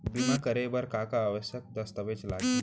बीमा करे बर का का आवश्यक दस्तावेज लागही